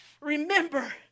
Remember